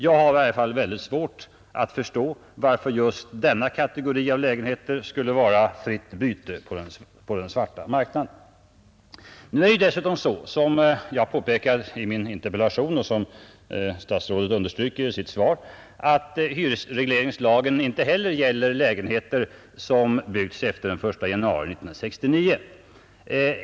Jag har i varje fall mycket svårt att förstå varför just denna kategori lägenheter skulle vara fritt byte på den svarta marknaden. Nu är det ju dessutom så, som jag påpekat i min interpellation och som statsrådet också nämnde i sitt svar, att hyresregleringslagen inte heller gäller lägenheter som byggts efter den 1 januari 1969.